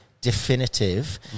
definitive